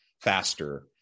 faster